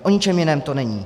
O ničem jiném to není.